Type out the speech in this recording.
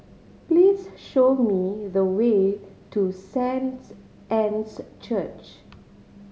please show me the way to Saint Anne's Church